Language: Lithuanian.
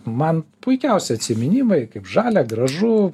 man puikiausiai atsiminimai kaip žalia gražu